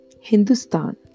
Hindustan